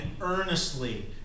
earnestly